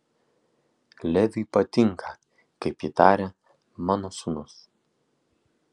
leviui patinka kaip ji taria mano sūnus